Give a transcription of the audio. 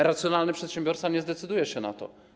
Racjonalny przedsiębiorca nie zdecyduje się na to.